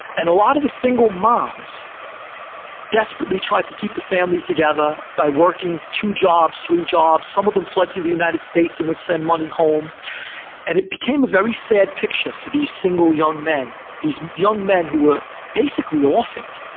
and a lot of the single moms desperately tried to keep the family together by working two jobs, three jobs. some of them fled to the united states and would send money home and it became a very sad picture for these single young men, these young men who were basically orphaned.